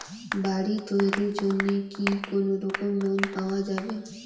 বাড়ি তৈরির জন্যে কি কোনোরকম লোন পাওয়া যাবে?